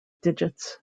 digits